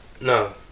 No